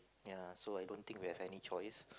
ya so I don't think we have any choice